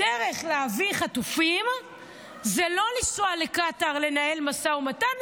הדרך להביא חטופים זה לא לנסוע לקטר לנהל משא ומתן,